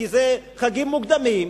כי החגים מוקדמים,